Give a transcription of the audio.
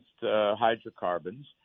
hydrocarbons